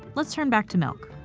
let's turn back to milk.